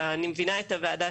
מ/1443,